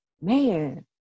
man